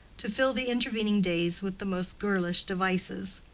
to fill the intervening days with the most girlish devices.